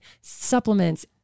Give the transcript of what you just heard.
supplements